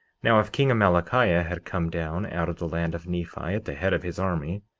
now, if king amalickiah had come down out of the land of nephi, at the head of his army,